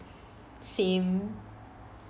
same